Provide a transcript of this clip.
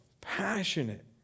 passionate